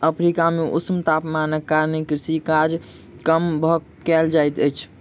Africa मे ऊष्ण तापमानक कारणेँ कृषि काज कम कयल जाइत अछि